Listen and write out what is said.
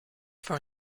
for